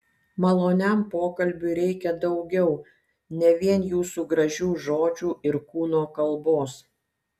maloniam pokalbiui reikia daugiau ne vien jūsų gražių žodžių ir kūno kalbos